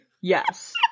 Yes